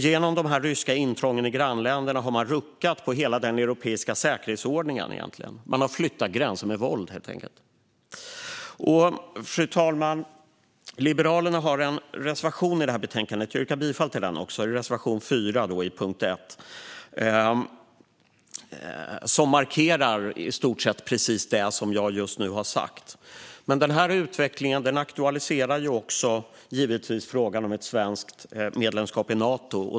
Genom de ryska intrången i grannländerna har man egentligen ruckat på hela den europeiska säkerhetsordningen. Man har helt enkelt flyttat gränser med våld. Fru talman! Liberalerna har en reservation i det här betänkandet. Jag yrkar bifall till den. Det är reservation 4 under punkt 1. Där markerar vi i stort sett precis det som jag just har sagt. Men den här utvecklingen aktualiserar givetvis frågan om ett svenskt medlemskap i Nato.